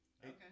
Okay